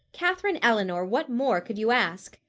katherine eleanor, what more could you ask?